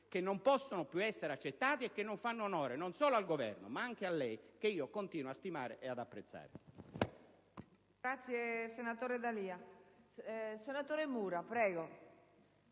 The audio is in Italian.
che non possono più essere accettati e che non fanno onore, non solo al Governo, ma neanche a lei, che io continuo a stimare ed apprezzare.